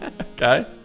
Okay